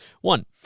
One